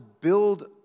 build